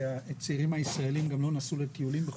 שהצעירים הישראלים גם לא נסעו לטיולים בחו"ל?